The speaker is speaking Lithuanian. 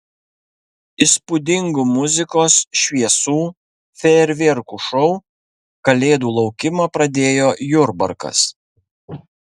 įspūdingu muzikos šviesų fejerverkų šou kalėdų laukimą pradėjo jurbarkas